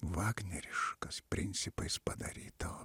vagneriškas principais padaryta